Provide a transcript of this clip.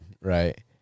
right